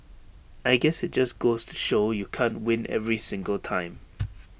I guess IT just goes to show you can't win every single time